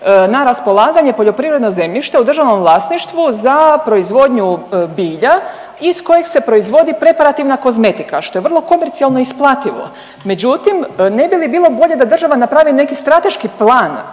na raspolaganje poljoprivredno zemljište u državnom vlasništvu za proizvodnju bilja iz kojeg se proizvodi preparativna kozmetika, što je vrlo komercijalno i isplativo, međutim ne bi li bilo bolje da država napravi neki strateški plan